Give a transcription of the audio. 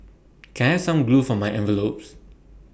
can I have some glue for my envelopes